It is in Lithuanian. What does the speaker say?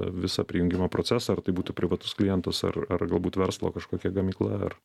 visą prijungimo procesą ar tai būtų privatus klientas ar ar galbūt verslo kažkokia gamykla ar